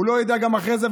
הוא לא ידע גם אחרי זה,